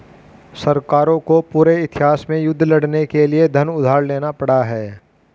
सरकारों को पूरे इतिहास में युद्ध लड़ने के लिए धन उधार लेना पड़ा है